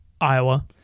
Iowa